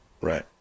Right